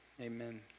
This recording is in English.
amen